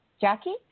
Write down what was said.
Jackie